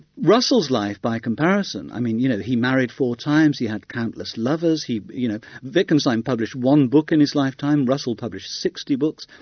russell's life, by comparison, i mean you know, he married four times, he had countless lovers, you know wittgenstein published one book in his lifetime russell published sixty books.